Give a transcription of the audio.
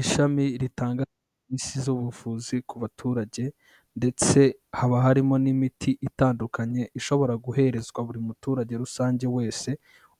Ishami ritanga serivisi z'ubuvuzi ku baturage ndetse haba harimo n'imiti itandukanye ishobora guherezwa buri muturage rusange wese